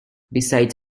besides